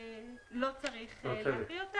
לא צריך להקריא,